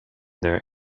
their